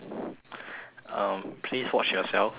um please watch yourself we are